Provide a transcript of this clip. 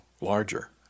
larger